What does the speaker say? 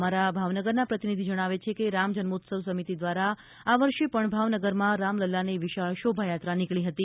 અમારા ભાવનગરના પ્રતિનિધિ જણાવે છે કે રામજન્મોત્સવ સમિતિ દ્વારા આ વર્ષે પણ ભાવનગરમાં રામલલ્લાની વિશાળ શોભાયાત્રા નીકળી હતી